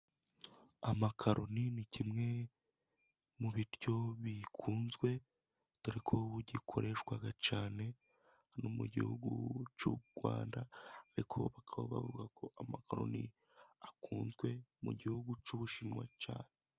Amakaroni ni kimwe mu biryo bikunzwe, dore ko ubu gikoreshwa cyane no mu gihugu cy'u Rwanda. Ariko bakaba bavuga ko amakoroni akunzwe mu gihugu cy'ubushinwa cyane.